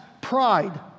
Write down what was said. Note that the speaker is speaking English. pride